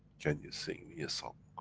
can you sing me a song?